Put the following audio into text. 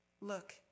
Look